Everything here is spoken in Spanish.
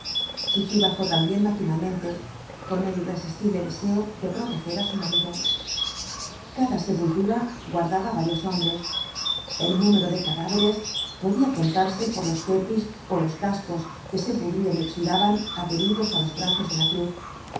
hichí bajó también maquinalraente con el irresistible deseo de proteger á su marido cada sepultura guardaba varios hombres el número de cadáveres podía contarse por los kepis ó los cascos que se pudrían y oxidaban adheridos á los brazos de la cruz